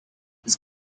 this